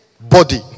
body